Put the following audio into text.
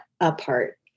apart